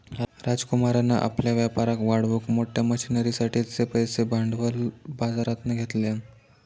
राजकुमारान आपल्या व्यापाराक वाढवूक मोठ्या मशनरींसाठिचे पैशे भांडवल बाजरातना घेतल्यान